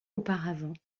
auparavant